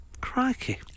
Crikey